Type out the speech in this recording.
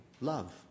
Love